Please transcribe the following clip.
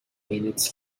minutes